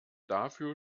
dafür